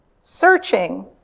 searching